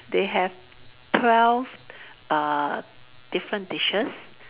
they have twelve uh different dishes